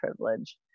privilege